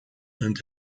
and